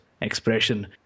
expression